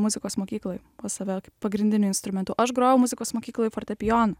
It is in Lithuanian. muzikos mokykloj pas save pagrindiniu instrumentu aš grojau muzikos mokykloj fortepijonu